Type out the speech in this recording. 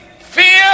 Fear